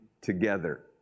together